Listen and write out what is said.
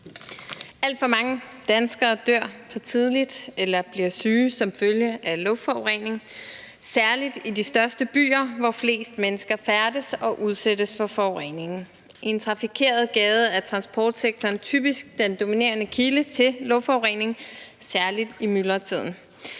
Alt for mange danskere dør for tidligt eller bliver syge som følge af luftforurening, særlig i de største byer, hvor flest mennesker færdes og udsættes for forureningen. En trafikeret gade er i transportsektoren typisk den dominerende kilde til luftforurening, særlig i myldretiden.